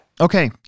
Okay